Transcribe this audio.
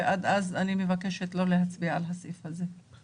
ועד אז אני מבקשת לא להצביע על הסעיף הזה.